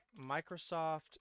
Microsoft